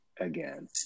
again